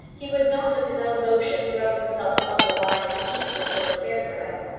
he would not of his own motion throw himself among the lion's teeth which were prepared for him.